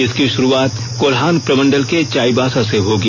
इसकी शुरूआत कोल्हान प्रमंडल के चाईबासा से होगी